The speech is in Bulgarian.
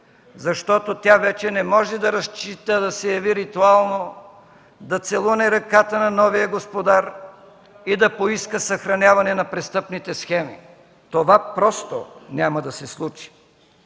защото тя вече не може да разчита да се яви ритуално, да целуне ръката на новия господар и да поиска съхраняване на престъпните схеми. Това просто няма да се случи.